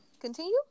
Continue